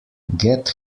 get